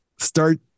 start